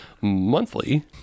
monthly